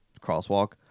crosswalk